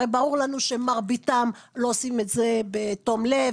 הרי ברור לנו שמרביתם לא עושים את זה בתום לב,